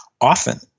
often